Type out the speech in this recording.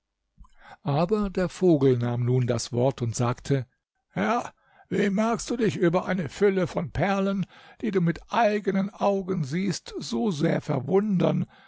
aber der vogel nahm nun das wort und sagte herr wie magst du dich über eine fülle von perlen die du mit eigenen augen siehst so sehr verwundern